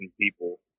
people